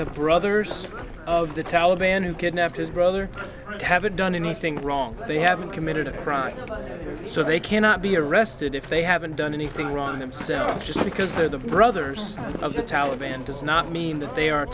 the brothers of the taliban who kidnapped his brother haven't done anything wrong they haven't committed a crime so they cannot be arrested if they haven't done anything wrong themselves just because the brothers of the taliban does not mean that they are